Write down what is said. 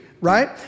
right